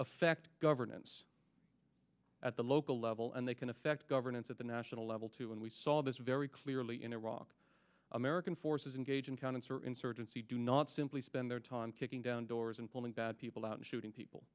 affect governance at the local level and they can affect governance at the national level too and we saw this very clearly in iraq american forces engage in counterinsurgency do not simply spend their time kicking down doors and pulling bad people out and shooting people